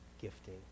gifting